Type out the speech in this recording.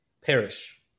perish